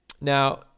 Now